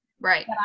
Right